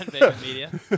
Media